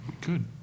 Good